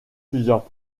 plusieurs